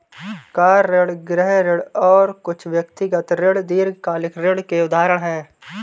car ऋण, गृह ऋण और कुछ व्यक्तिगत ऋण दीर्घकालिक ऋण के उदाहरण हैं